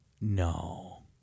no